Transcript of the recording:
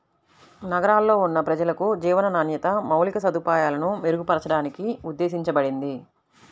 నగరాల్లో ఉన్న ప్రజలకు జీవన నాణ్యత, మౌలిక సదుపాయాలను మెరుగుపరచడానికి యీ ఉద్దేశించబడింది